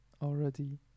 already